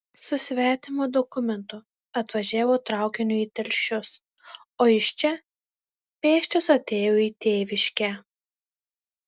su svetimu dokumentu atvažiavo traukiniu į telšius o iš čia pėsčias atėjo į tėviškę